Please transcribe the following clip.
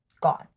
gone